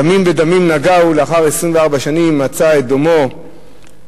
דמים בדמים נגעו, לאחר 24 שנים מצא את דמו ונרצח